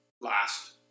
last